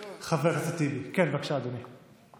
כן, בבקשה, אדוני.